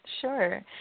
Sure